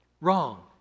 wrong